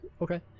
Okay